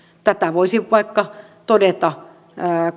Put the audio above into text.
tätä voisi vaikka todeta